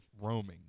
roaming